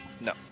No